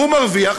והוא מרוויח,